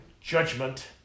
judgment